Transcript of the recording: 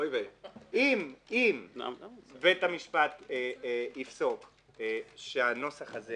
אם בית-המשפט יפסוק שהנוסח הזה